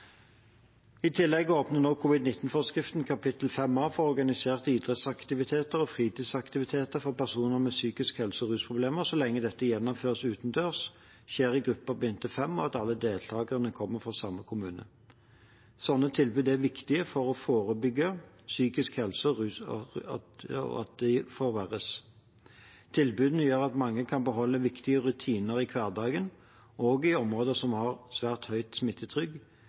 I tillegg åpner nå covid-19-forskriftens kapittel 5A for organiserte idrettsaktiviteter og fritidsaktiviteter for personer med psykisk helse- og rusproblemer så lenge dette gjennomføres utendørs, skjer i grupper på inntil fem, og at alle deltakerne kommer fra samme kommune. Sånne tilbud er viktige for å forebygge at psykisk helse- og rusproblemer forverres. Tilbudene gjør at mange kan beholde viktige rutiner i hverdagen, også i områder som har svært høyt